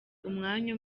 umwanya